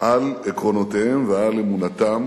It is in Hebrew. על עקרונותיהם ועל אמונתם,